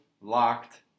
locked